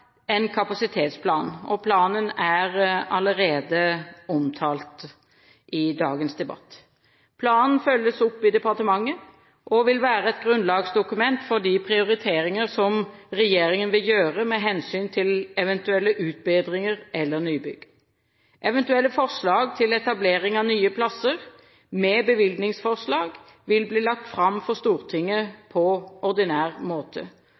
en kapasitetsplan, og planen er allerede omtalt i dagens debatt. Planen følges opp i departementet og vil være et grunnlagsdokument for de prioriteringer som regjeringen vil gjøre med hensyn til eventuelle utbedringer eller nybygg. Eventuelle forslag til etableringer av nye plasser, med bevilgningsforslag, vil bli lagt fram for Stortinget på ordinær måte.